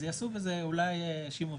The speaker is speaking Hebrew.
אז יעשו בזה אולי שימוש.